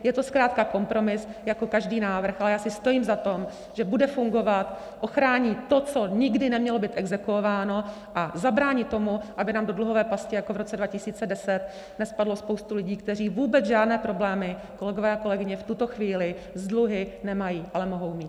Je to zkrátka kompromis jako každý návrh, ale já si stojím za tím, že bude fungovat, ochrání to, co nikdy nemělo být exekuováno, a zabrání tomu, aby nám do dluhové pasti jako v roce 2010 nespadla spousta lidí, kteří vůbec žádné problémy, kolegyně a kolegové, v tuto chvíli s dluhy nemají, ale mohou mít.